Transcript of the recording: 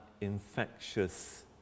infectious